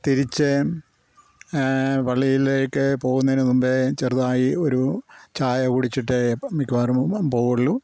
തിരിച്ച് പള്ളിയിലേക്ക് പോകുന്നതിനുമുമ്പേ ചെറുതായി ഒരു ചായ കുടിച്ചിട്ടേ മിക്കവാറും പോവുള്ളൂ